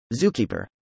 Zookeeper